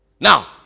Now